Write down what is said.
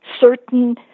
certain